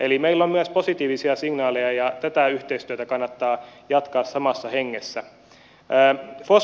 eli meillä on myös positiivisia signaaleja ja tätä yhteistyötä kannattaa jatkaa samassa hengessä